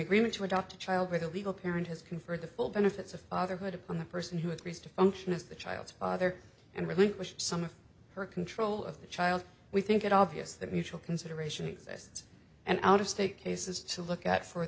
agreement to adopt a child with a legal parent has conferred the full benefits of fatherhood upon the person who agrees to function as the child's father and relinquish some of her control of the child we think it obvious that mutual consideration exists and out of state cases to look at for